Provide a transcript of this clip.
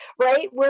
right